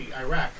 Iraq